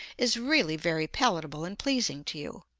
is really very palatable and pleasing to you.